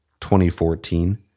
2014